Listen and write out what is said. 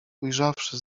ujrzawszy